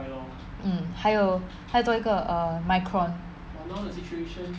mm 还有还有多一个 err Micron